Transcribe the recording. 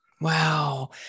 Wow